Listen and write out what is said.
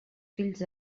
fills